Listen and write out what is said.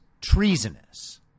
treasonous